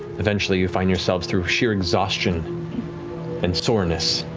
eventually you find yourselves through sheer exhaustion and soreness,